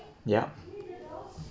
yup